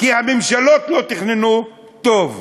כי הממשלות לא תכננו טוב.